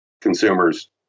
consumers